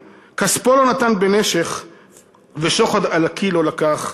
כספו לא נתן בנשך ושֹחד על נקי לא לקח,